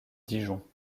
dijon